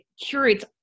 curates